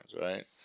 right